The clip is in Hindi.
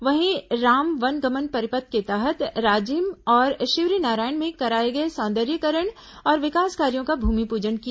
वहीं राम वनगमन परिपथ के तहत राजिम और शिवरीनारायण में कराए गए सौंदर्यीकरण और विकास कार्यो का भूमिपूजन किया